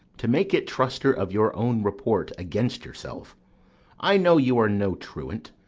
to make it truster of your own report against yourself i know you are no truant.